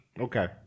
Okay